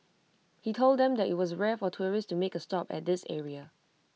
he told them that IT was rare for tourists to make A stop at this area